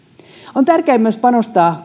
on tärkeää panostaa